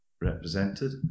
represented